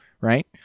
Right